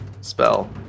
spell